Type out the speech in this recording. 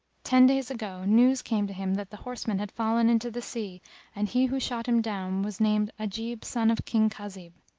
ten days ago news came to him that the horseman had fallen into the sea and he who shot him down was named ajib son of king khazib.